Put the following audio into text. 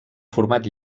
format